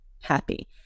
happy